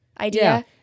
idea